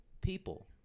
people